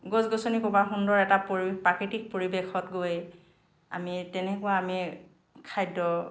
গছ গছনি ক'ৰবাৰ সুন্দৰ এটা পৰি প্ৰাকৃতিক পৰিৱেশত গৈ আমি তেনেকুৱা আমি খাদ্য